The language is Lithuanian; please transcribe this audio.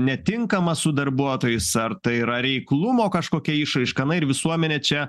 netinkamas su darbuotojais ar tai yra reiklumo kažkokia išraiška na ir visuomenė čia